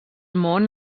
món